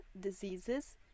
diseases